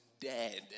dead